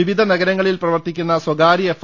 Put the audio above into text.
വിവിധ നഗരങ്ങളിൽ പ്രവർത്തിക്കുന്ന സ്വകാര്യ എഫ്